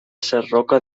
sarroca